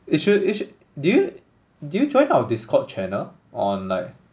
you should you should do you did you join our discord channel on like